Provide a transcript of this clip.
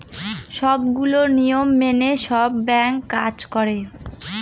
সবগুলো নিয়ম মেনে সব ব্যাঙ্ক কাজ করে